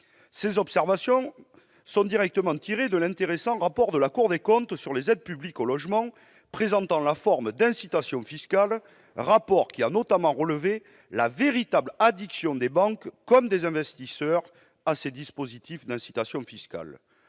Ces observations sont directement tirées de l'intéressant rapport de la Cour des comptes sur les aides publiques au logement présentant la forme d'incitations fiscales. La Cour y a notamment relevé la véritable « addiction » des banques et des investisseurs à ces dispositifs d'incitation fiscale.